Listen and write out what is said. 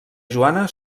joana